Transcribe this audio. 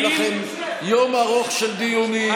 יהיה לכם יום ארוך של דיונים,